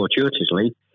fortuitously